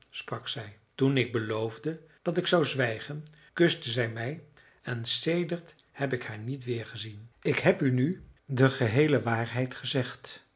sprak zij toen ik beloofde dat ik zou zwijgen kuste zij mij en sedert heb ik haar niet weergezien ik heb u nu de geheele waarheid gezegd